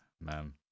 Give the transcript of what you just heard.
Man